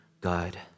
God